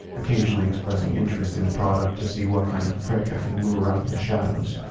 occasionally expressing interest in a product to see what kind of prick i could lure out of the shadows.